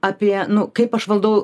apie nu kaip aš valdau